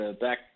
back